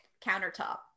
countertop